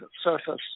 surface